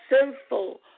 sinful